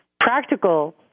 practical